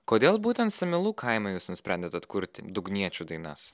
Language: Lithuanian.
kodėl būtent samylų kaimą jūs nusprendėt atkurti dugniečių dainas